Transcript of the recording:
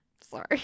Sorry